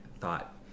thought